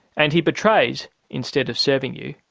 and he betrays, instead of serving you,